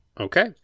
Okay